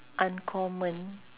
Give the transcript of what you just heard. uncommon